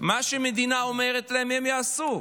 מה שהמדינה אומרת להם הם יעשו.